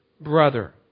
brother